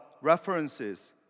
references